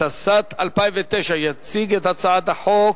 התשס"ט 2009. יציג את הצעת החוק